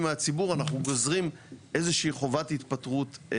מהציבור אנחנו גוזרים איזה שהיא חובת התפטרות.